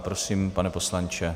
Prosím, pane poslanče.